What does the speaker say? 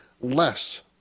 less